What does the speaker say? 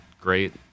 great